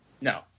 no